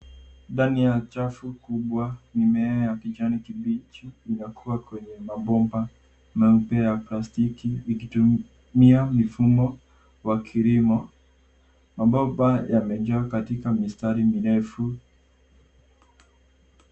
Ndani ya chafu kubwa mimea ya kijani kibichi inakua kwenye mabomba meupe ya plastiki ikitumia mifumo wa kilimo ambayo mboga yamejaa katika mstari mirefu.